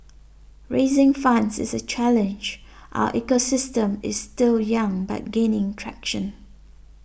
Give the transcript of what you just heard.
raising funds is a challenge our ecosystem is still young but gaining traction